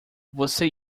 você